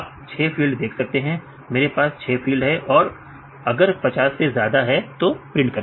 आप 6 फील्ड देख सकते हैं मेरे पास 6 फील्ड है अगर 50 से ज्यादा है तो प्रिंट